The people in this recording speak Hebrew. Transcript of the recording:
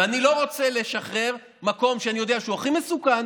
ואני לא רוצה לשחרר מקום שאני יודע שהוא הכי מסוכן,